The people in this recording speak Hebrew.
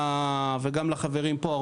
וגם לחברים פה,